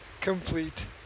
complete